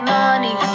money